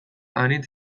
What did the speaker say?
anitz